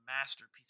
masterpiece